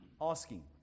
asking